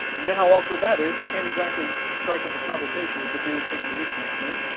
and you know how awkward that is. you can't exactly strike up a conversation with a dude taking a leak next to you.